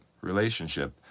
relationship